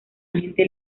agente